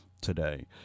today